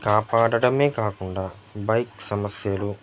కాపాడడమే కాకుండా బైక్ సమస్యలు